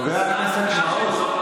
חבר הכנסת מעוז,